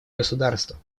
государства